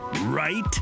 right